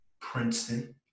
Princeton